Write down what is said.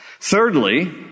Thirdly